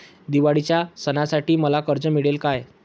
दिवाळीच्या सणासाठी मला कर्ज मिळेल काय?